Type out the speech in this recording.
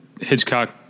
Hitchcock